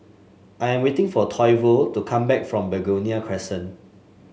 I am waiting for Toivo to come back from Begonia Crescent